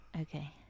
Okay